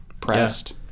pressed